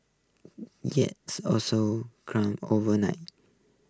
yields also climbed overnight